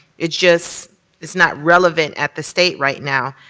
it's just it's not relevant at the state right now.